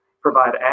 provide